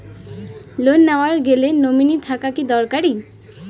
Loan নেওয়ার গেলে nominee থাকা কি দরকারী?